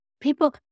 People